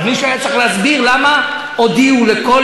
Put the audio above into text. אז מישהו היה צריך להסביר למה הודיעו לכל